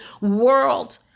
world